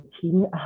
team